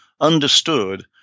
understood